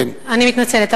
אני מתנצלת.